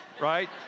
right